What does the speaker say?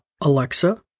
Alexa